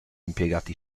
impiegati